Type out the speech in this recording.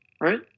right